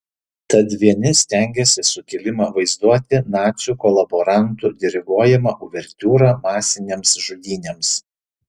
tad vieni stengiasi sukilimą vaizduoti nacių kolaborantų diriguojama uvertiūra masinėms žudynėms